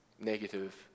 negative